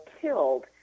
killed